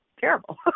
terrible